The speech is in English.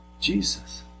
Jesus